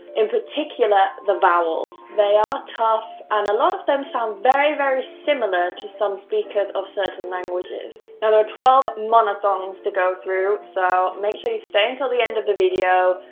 in particular, the vowels. they are tough and a lot of them sound very very similar to some speakers of certain languages. now there are twelve monophthongs to go through, so make sure you stay until the end of the video,